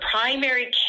primary